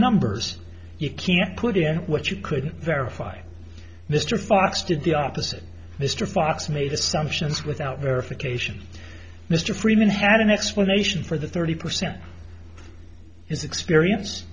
numbers you can't put in what you couldn't verify mr fox did the opposite mr fox made assumptions without verification mr freeman had an explanation for the thirty percent is experience